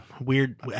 weird